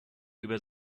über